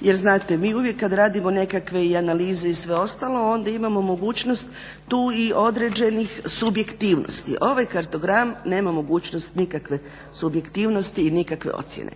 jer znate, mi uvijek kad radimo nekakve analize i sve ostalo onda imamo mogućnost tu i određenih subjektivnosti. Ovaj kartogram nema mogućnost nikakve subjektivnosti i nikakve ocjene.